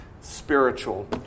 spiritual